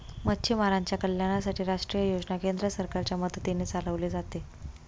मच्छीमारांच्या कल्याणासाठी राष्ट्रीय योजना केंद्र सरकारच्या मदतीने चालवले जाते